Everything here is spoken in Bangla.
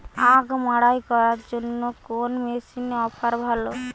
আখ মাড়াই করার জন্য কোন মেশিনের অফার ভালো?